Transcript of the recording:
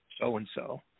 so-and-so